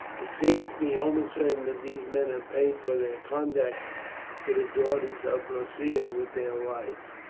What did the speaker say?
it seems to me almost certain that these men have paid for their conduct to the daughters of boadicea with their lives.